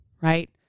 right